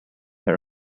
her